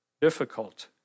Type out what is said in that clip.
difficult